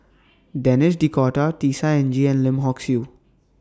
Denis D'Cotta Tisa Ng and Lim Hock Siew